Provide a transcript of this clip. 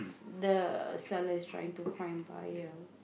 the seller is trying to find buyer